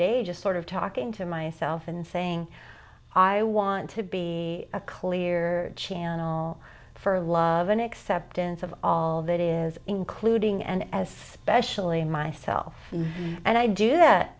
day just sort of talking to myself and saying i want to be a clear channel for love and acceptance of all that is including and as specially in myself and i do that